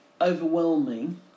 overwhelming